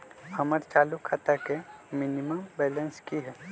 हमर चालू खाता के मिनिमम बैलेंस कि हई?